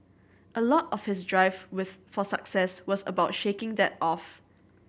a lot of his drive with for success was about shaking that off